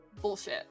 bullshit